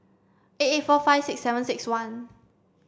eight eight four five six seven six one